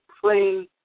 plain